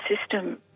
system